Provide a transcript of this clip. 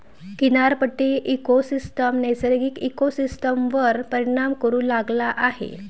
किनारपट्टी इकोसिस्टम नैसर्गिक इकोसिस्टमवर परिणाम करू लागला आहे